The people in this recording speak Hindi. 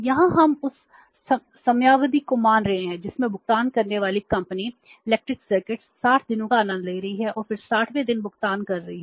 यहां हम उस समयावधि को मान रहे हैं जिसमें भुगतान करने वाली कंपनी इलेक्ट्रिक सर्किट 60 दिनों का आनंद ले रही है और फिर 60 वें दिन भुगतान कर रही है